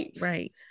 Right